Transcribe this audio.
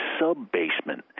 sub-basement